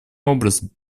образом